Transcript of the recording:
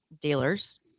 dealers